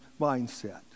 mindset